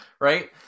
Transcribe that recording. right